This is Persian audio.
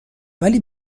ولی